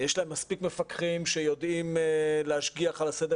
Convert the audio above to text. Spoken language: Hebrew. יש להם מספיק מפקחים שיודעים להשגיח על הסדר